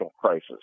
crisis